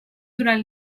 durant